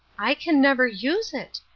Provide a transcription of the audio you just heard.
i can never use it.